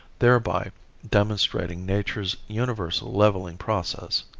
thereby demonstrating nature's universal leveling process.